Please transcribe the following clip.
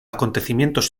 acontecimientos